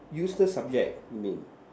useless subject mean